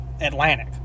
Atlantic